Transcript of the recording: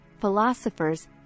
philosophers